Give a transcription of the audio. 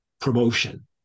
promotion